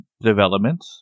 development